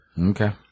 Okay